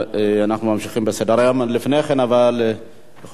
הודעה לסגן מזכירת הכנסת.